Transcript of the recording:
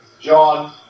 John